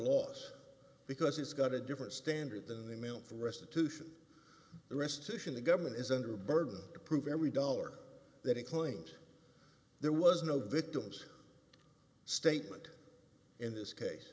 loss because it's got a different standard than the milk for restitution the restitution the government is under a burden to prove every dollar that it claims there was no victim's statement in this case